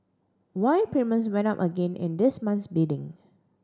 why premiums went up again in this month's bidding